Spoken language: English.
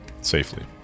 safely